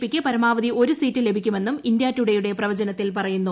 P ക്ക് പരമാവധി ഒരു സീറ്റും ലഭിക്കുമെന്നും ഇന്ത്യാ ടുഡേയുടെ പ്രവചനത്തിൽ പറയുന്നു